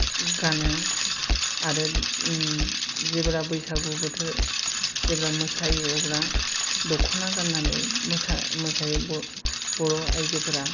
गानो आरो जेबोला बैसागु बोथोर जेब्ला मोसायो अब्ला दखना गाननानै मोसा मोसायो बर' आइजोफोरा